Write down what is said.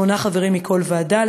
שמונה חברים מכל ועדה,